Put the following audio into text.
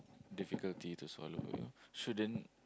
difficulty to swallow you know shouldn't